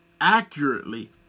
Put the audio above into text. accurately